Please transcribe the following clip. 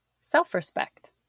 self-respect